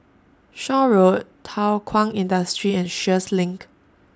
Shaw Road Thow Kwang Industry and Sheares LINK